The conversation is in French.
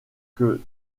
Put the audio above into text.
que